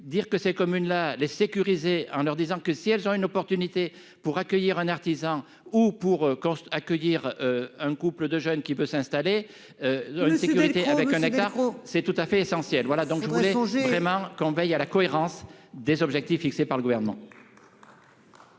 Dire que ces communes-là les sécuriser en leur disant que si elles ont une opportunité pour accueillir un artisan ou pour accueillir un couple de jeunes qui peut s'installer. Une sécurité avec un hectare. C'est tout à fait essentiel. Voilà donc je voulais changer vraiment qu'on veille à la cohérence des objectifs fixés par le gouvernement.